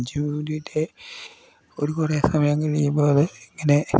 ഒരു കുറെ സമയം കഴിയുമ്പോൾ അത് ഇങ്ങനെ